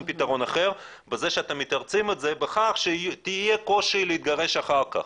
פתרון אחר בזה שאתם מתרצים את זה בכך שיהיה קושי להתגרש אחר כך.